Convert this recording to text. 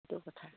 সেইটো কথা